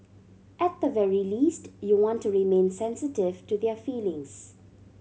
at the very least you want to remain sensitive to their feelings